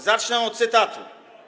Zacznę od cytatu.